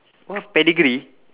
what pedigree